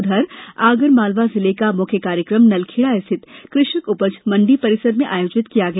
उधर आगरमालवा जिले का मुख्य कार्यक्रम नलखेड़ा स्थित कृतिष उपज मंडी परिसर में आयोजित किया गया